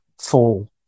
fall